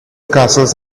castles